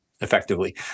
effectively